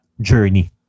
journey